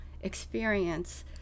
experience